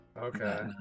okay